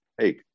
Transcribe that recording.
Hey